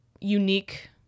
unique